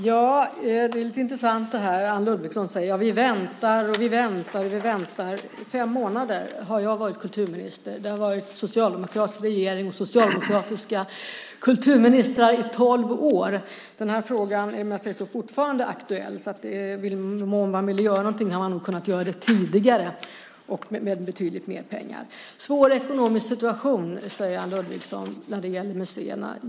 Herr talman! Det är intressant att höra Anne Ludvigsson säga att de väntar och väntar. Jag har varit kulturminister i fem månader. Det har varit en socialdemokratisk regering och socialdemokratiska kulturministrar i tolv år, och frågan är fortfarande aktuell. Om man velat göra någonting hade man nog kunnat göra det tidigare och med betydligt mer pengar. Det är en svår ekonomisk situation, säger Anne Ludvigsson, vad gäller museerna.